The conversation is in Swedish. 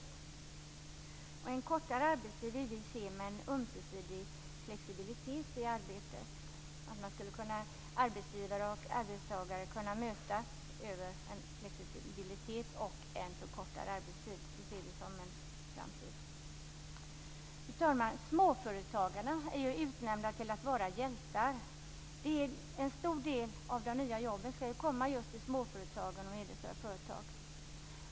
Vi vill se en kortare arbetstid med en ömsesidig flexibilitet i arbetet. Arbetsgivare och arbetstagare bör kunna mötas över en flexibilitet och en förkortad arbetstid. Det ser Miljöpartiet som en framtid. Fru talman! Småföretagarna är utnämnda till att vara hjältar. En stor del av de nya jobben skall ju komma just i små och medelstora företag.